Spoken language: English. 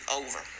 over